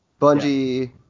Bungie